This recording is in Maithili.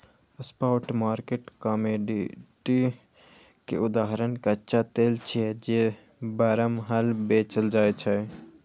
स्पॉट मार्केट कमोडिटी के उदाहरण कच्चा तेल छियै, जे बरमहल बेचल जाइ छै